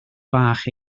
bach